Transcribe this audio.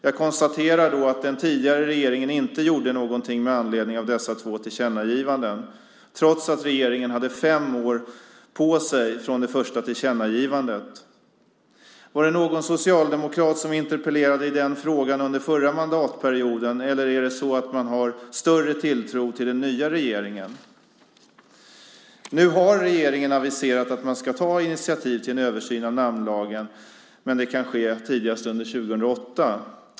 Jag konstaterar att den tidigare regeringen inte gjorde någonting med anledning av dessa två tillkännagivanden, trots att regeringen hade fem år på sig från det första tillkännagivandet. Var det någon socialdemokrat som interpellerade i den frågan under den förra mandatperioden, eller är det så att man har större tilltro till den nya regeringen? Nu har regeringen aviserat att man ska ta initiativ till en översyn av namnlagen, men det kan ske tidigast under 2008.